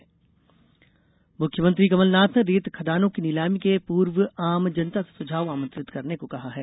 कमलनाथ मुख्यमंत्री कमलनाथ ने रेत खदानों की नीलामी के पूर्व आम जनता से सुझाव आमंत्रित करने को कहा है